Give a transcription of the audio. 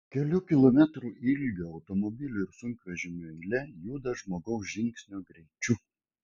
kelių kilometrų ilgio automobilių ir sunkvežimių eilė juda žmogaus žingsnio greičiu